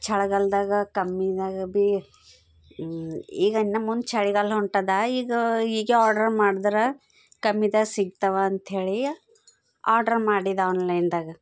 ಚಳ್ಗಾಲ್ದಾಗೆ ಕಮ್ಮಿದಾಗ ಭೀ ಈಗ ಇನ್ನ ಮುಂದೆ ಚಳಿಗಾಲ ಹೊಂಟಿದೆ ಈಗ ಈಗೇ ಆರ್ಡ್ರ್ ಮಾಡ್ದ್ರೆ ಕಮ್ಮಿದಾಗ ಸಿಗ್ತಾವೆ ಅಂಥೇಳಿ ಆರ್ಡ್ರ್ ಮಾಡಿದೆ ಆನ್ಲೈನ್ದಾಗ